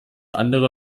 andere